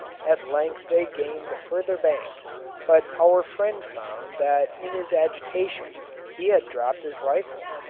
at length they gained the further bank but our friend found that in his agitation he had dropped his rifle,